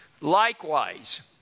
Likewise